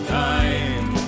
time